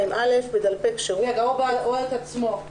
או את עצמו.